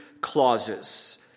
clauses